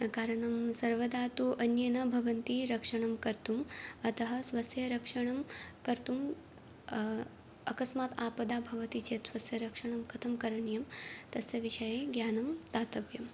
कारणं सर्वदा तु अन्ये न भवन्ति रक्षणं कर्तुम् अतः स्वस्य रक्षणं कर्तुं अकस्मात् आपदा भवति चेत् स्वस्य रक्षणं कथं करणीयं तस्य विषये ज्ञानं दातव्यं